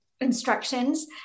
instructions